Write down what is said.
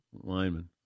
lineman